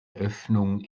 öffnung